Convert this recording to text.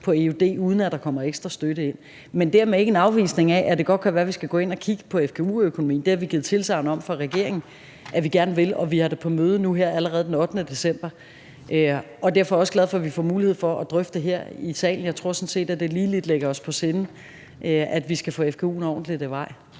på eud, uden at der kommer ekstra støtte ind. Men det er dermed ikke en afvisning af, at det godt kan være, vi skal gå ind og kigge på fgu-økonomien. Det har vi givet tilsagn om fra regeringens side at vi gerne vil, og vi har det på mødet allerede nu her den 8. december. Jeg er derfor også glad for, at vi får mulighed for at drøfte det her i salen. Jeg tror sådan set, at det ligger os ligeligt på sinde, at vi skal have fgu'en ordentligt i vej.